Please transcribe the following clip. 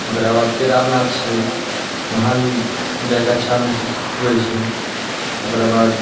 ओकरा बाद केदारनाथ छै महावीर जाकेअच्छा महसूस होइ छै ओकरा बाद